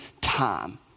time